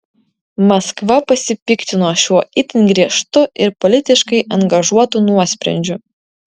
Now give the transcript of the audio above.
maskva pasipiktino šiuo itin griežtu ir politiškai angažuotu nuosprendžiu